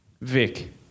Vic